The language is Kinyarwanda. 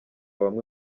bamwe